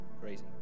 crazy